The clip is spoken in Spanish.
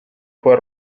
fue